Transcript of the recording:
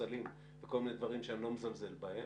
ופסלים וכל מיני דברים שאני לא מזלזל בהם,